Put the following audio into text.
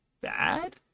bad